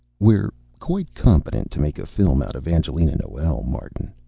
we're quite competent to make a film out of angelina noel, martin.